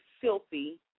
filthy